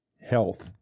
Health